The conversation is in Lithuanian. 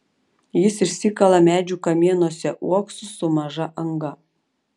jis išsikala medžių kamienuose uoksus su maža anga